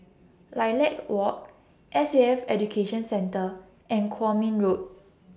Lilac Walk S A F Education Centre and Kwong Min Road